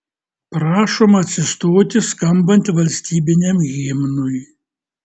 prašom atsistoti skambant valstybiniam himnui